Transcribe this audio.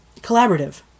collaborative